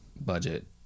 budget